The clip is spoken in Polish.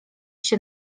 się